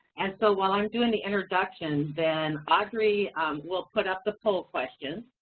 and so while i'm doing the introduction, then audrey will put up the poll questions,